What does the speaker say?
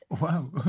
Wow